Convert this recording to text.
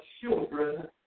children